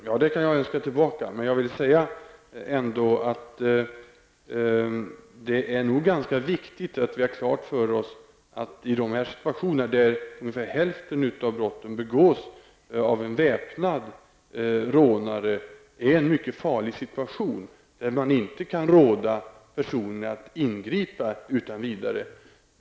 Herr talman! Jag önskar Elver Jonsson detsamma. Det är viktigt att vi har klart för oss att de situationer där hälften av brotten begås av en väpnad rånare utgör farliga situationer där man inte kan råda personer att ingripa utan vidare.